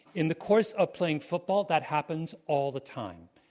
in the course of playing football, that happens all the time.